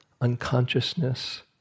unconsciousness